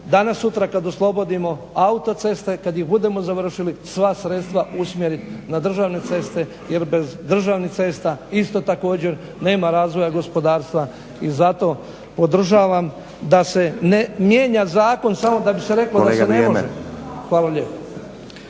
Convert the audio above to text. danas sutra kad oslobodimo autoceste, kad ih budemo završili sva sredstva usmjeriti na državne ceste jer bez državnih cesta isto također nema razvoja gospodarstva i zato podržavam da se ne mijenja zakon samo da bi se reklo da se ne može. Hvala lijepo.